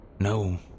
No